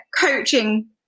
coaching